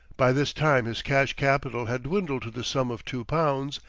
by this time his cash capital had dwindled to the sum of two pounds,